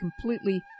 completely